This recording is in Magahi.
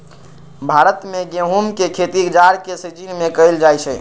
भारत में गेहूम के खेती जाड़ के सिजिन में कएल जाइ छइ